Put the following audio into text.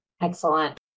Excellent